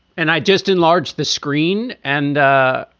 and i just enlarge this screen and ah